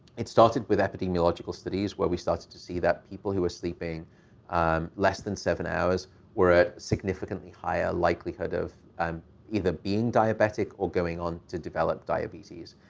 it started with epidemiological studies, where we started to see that people who were sleeping um less than seven hours were at significantly higher likelihood of um either being diabetic or going on to develop diabetes.